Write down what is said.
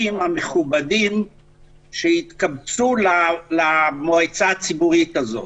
המכובדים שהתקבצו למועצה הציבורית הזאת.